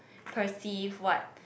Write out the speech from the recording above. perceive what